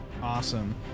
Awesome